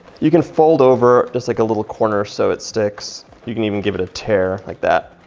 you can fold over just like a little corner so it sticks. you can even give it a tear like that.